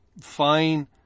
fine